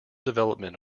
development